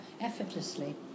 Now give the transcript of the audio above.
effortlessly